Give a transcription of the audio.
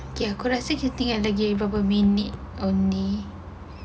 ya aku rasa kita yang lagi beberapa minute only